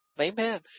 amen